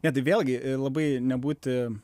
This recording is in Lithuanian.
net vėlgi labai nebūti